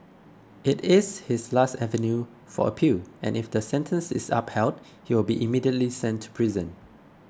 it is his last avenue for appeal and if the sentence is upheld he will be immediately sent to prison